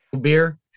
Beer